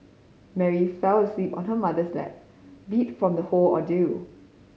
Mary fell asleep on her mother's lap beat from the whole ordeal